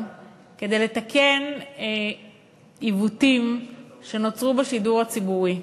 לתקן עיוותים שנוצרו בשידור הציבורי,